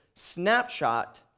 snapshot